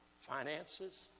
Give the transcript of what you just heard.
finances